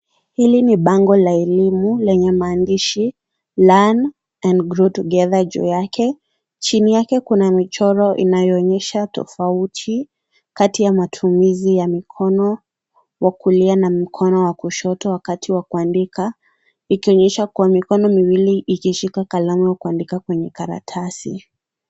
Hili ni bango la elimu lenye maandishi learn and grow together juu yake. Chini yake kuna michoro inayoonyesha tofauti kati ya matumizi ya mikono ya kulia na mkono wa kushoto wakati wa kuandika ikionyesha kuwa mikono miwili ikishika kalamu au kuandika kwenye karatasi.